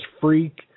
freak